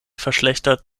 verschlechtert